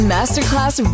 Masterclass